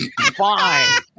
Fine